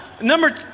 Number